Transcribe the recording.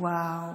וואו.